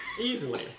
Easily